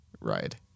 ride